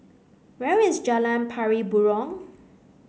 where is Jalan Pari Burong